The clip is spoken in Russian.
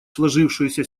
сложившуюся